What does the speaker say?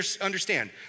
understand